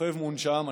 שוכב מונשם.